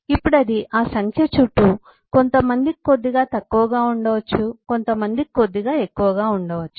ఇప్పుడు అది ఆ సంఖ్య చుట్టూ కొంతమందికి కొద్దిగా తక్కువగా ఉండవచ్చు కొంతమందికి కొద్దిగా ఎక్కువ ఉండవచ్చు